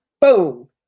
boom